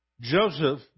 Joseph